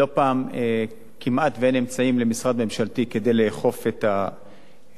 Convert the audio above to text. לא פעם כמעט אין אמצעים למשרד ממשלתי כדי לאכוף את החוק,